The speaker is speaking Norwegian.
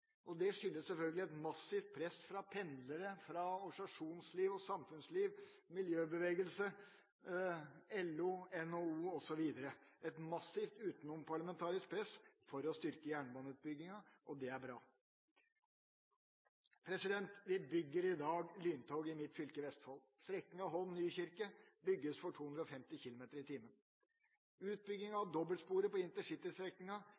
jernbane. Det skyldes selvfølgelig et massivt press fra pendlere, organisasjonsliv, samfunnsliv, miljøbevegelse, LO, NHO osv. – et massivt utenomparlamentarisk press for å styrke jernbaneutbyggingen, og det er bra. Vi bygger i dag lyntog i mitt fylke, Vestfold. Strekningen Holm–Nykirke bygges for 250 km/t.